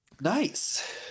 Nice